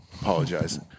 Apologize